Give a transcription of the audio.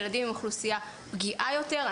ילדים זו אוכלוסייה פגיעה יותר.